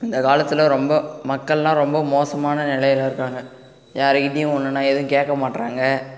இந்த காலத்தில் ரொம்ப மக்களெலாம் ரொம்ப மோசமான நிலையில இருக்காங்க யாருகிட்டேயும் ஒன்றுனா எதுவும் கேட்க மாட்டுறாங்க